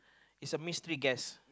is a mystery guess